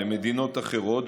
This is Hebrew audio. למדינות אחרות,